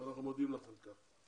ואנחנו מודים לך על כך.